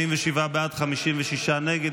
47 בעד, 56 נגד.